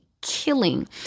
killing